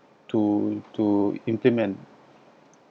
to to implement